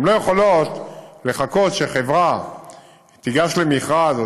לא יכולים לחכות שחברה תיגש למכרז או